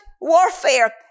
warfare